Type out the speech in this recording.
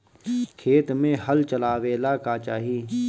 खेत मे हल चलावेला का चाही?